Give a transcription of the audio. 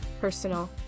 personal